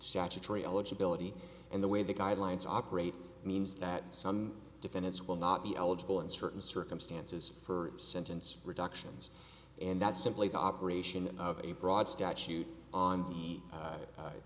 statutory eligibility and the way the guidelines operate means that some defendants will not be eligible in certain circumstances for sentence reductions and that's simply the operation of a broad statute on the